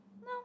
no